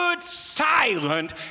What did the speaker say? silent